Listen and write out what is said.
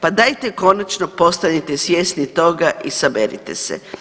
Pa dajte konačno postanite svjesni toga i saberite se.